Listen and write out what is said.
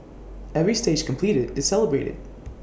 every stage completed is celebrated